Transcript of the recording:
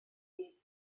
ddydd